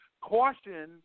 caution